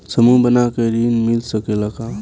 समूह बना के ऋण मिल सकेला का?